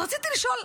אז רציתי לשאול.